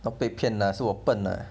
not 被骗 lah 是我笨 lah